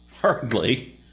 Hardly